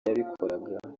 yabikoraga